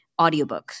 audiobooks